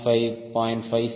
1 0